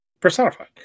Personified